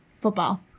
football